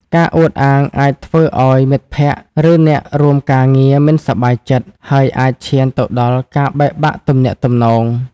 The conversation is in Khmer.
ការអួតអាងអាចធ្វើឱ្យមិត្តភក្តិ ឬអ្នករួមការងារមិនសប្បាយចិត្ត ហើយអាចឈានទៅដល់ការបែកបាក់ទំនាក់ទំនង។